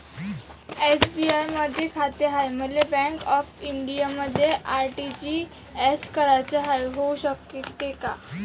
SBI मधी खाते हाय, मले बँक ऑफ इंडियामध्ये आर.टी.जी.एस कराच हाय, होऊ शकते का?